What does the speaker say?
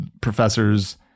professors